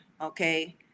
Okay